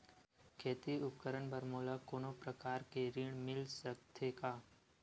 खेती उपकरण बर मोला कोनो प्रकार के ऋण मिल सकथे का?